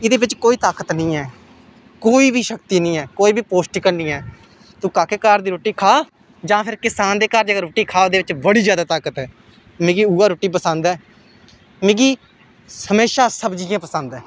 एह्दे बिच्च कोई ताकत निं ऐ कोई बी शक्ति निं ऐ कोई बी पौश्टिक हैन्नी ऐ तू काके घर दी रुट्टी खा जां फिर किसान दे घर जेकर रुट्टी खा ओह्दे च बड़ी जैदा ताकत ऐ मिगी उ'ऐ रुट्टी पसंद ऐ मिगी हमेशा सब्जी गै पसंद ऐ